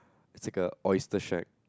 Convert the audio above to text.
it's like a oyster-shack